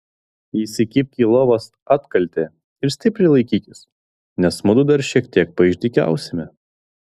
įsikibk į lovos atkaltę ir stipriai laikykis nes mudu dar šiek tiek paišdykausime